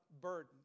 burden